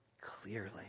clearly